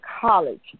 college